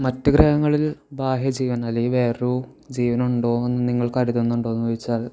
മറ്റു ഗ്രഹങ്ങളിൽ ബാഹ്യ ജീവൻ അല്ലെങ്കിൽ വേറൊരു ജീവൻ ഉണ്ടോയെന്ന് നിങ്ങൾ കരുതുന്നുണ്ടോയെന്നു ചോദിച്ചാൽ